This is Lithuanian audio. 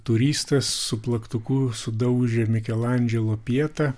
turistas su plaktuku sudaužė mikelandželo pietą